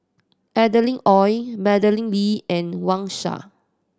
Adeline Ooi Madeleine Lee and Wang Sha